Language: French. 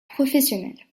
professionnel